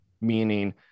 meaning